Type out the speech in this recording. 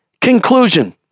Conclusion